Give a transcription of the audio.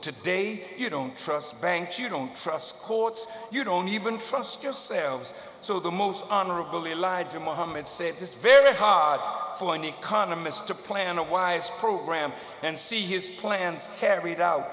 today you don't trust banks you don't trust courts you don't even trust yourselves so the most honorable elijah mohammed said this very hard for an economist to plan a wise program and see his plans carried out